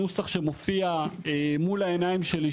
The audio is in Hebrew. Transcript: הנוסח שמופיע מול העיניים שלי,